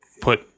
put